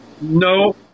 No